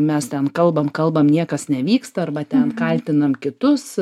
mes ten kalbam kalbam niekas nevyksta arba ten kaltinam kitus